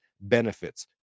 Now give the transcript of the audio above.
benefits